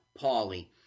Paulie